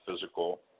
physical